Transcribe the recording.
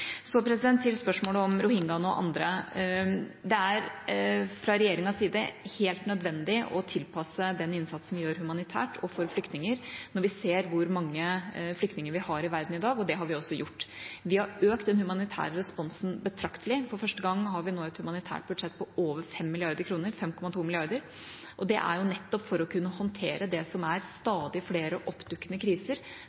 Så til spørsmålet om rohingyane og andre: Det er fra regjeringas side helt nødvendig å tilpasse den innsatsen vi gjør humanitært og for flyktninger, når vi ser hvor mange flyktninger vi har i verden i dag – og det har vi også gjort. Vi har økt den humanitære responsen betraktelig. For første gang har vi nå et humanitært budsjett på over 5 mrd. kr – 5,2 mrd. kr – og det er nettopp for å kunne håndtere det som er